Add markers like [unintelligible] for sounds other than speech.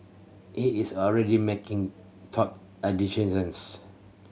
he is already making [unintelligible] and decisions